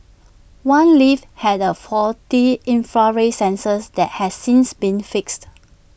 one lift had A faulty infrared sensors that has since been fixed